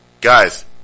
Guys